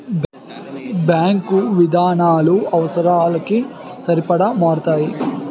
bank విధానాలు అవసరాలకి సరిపడా మారతాయి